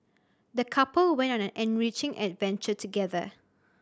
the couple went on an enriching adventure together